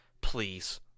please